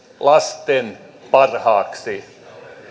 lasten parhaaksi